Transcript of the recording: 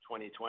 2020